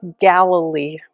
Galilee